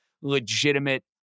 legitimate